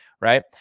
right